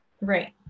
right